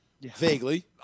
Vaguely